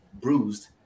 bruised